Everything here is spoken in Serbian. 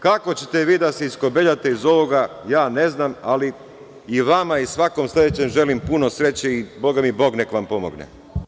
Kako ćete vi da se iskobeljate iz ovoga, ne znam, ali i vama i svakom sledećem želim puno sreće i nek vam Bog pomogne.